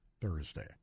Thursday